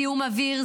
זיהום אוויר,